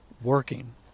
working